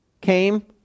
came